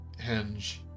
Henge